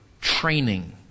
training